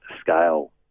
scale